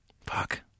Fuck